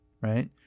right